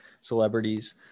celebrities